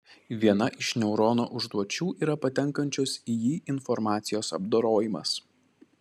viena iš neurono užduočių yra patenkančios į jį informacijos apdorojimas